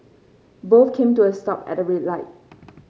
both came to a stop at a red light